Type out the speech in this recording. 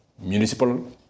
municipal